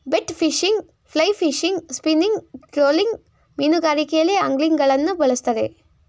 bait fishing, fly fishing, spinning, trolling ಮೀನುಗಾರಿಕೆಯಲ್ಲಿ ಅಂಗ್ಲಿಂಗ್ಗಳನ್ನು ಬಳ್ಸತ್ತರೆ